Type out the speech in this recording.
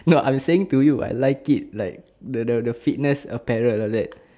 no I'm saying to you I like it like the the the fitness apparel like that